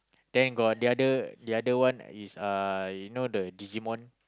thank god the other the other one is uh you know the Digimon